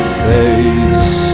face